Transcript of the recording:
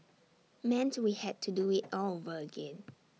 meant we had to do IT all over again